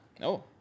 No